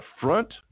front